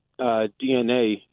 DNA